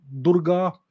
Durga